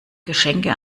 geschenke